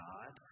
God